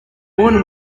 woman